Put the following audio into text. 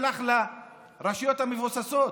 הלך לרשויות המבוססות.